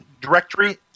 Directory